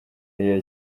iya